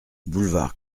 boulevard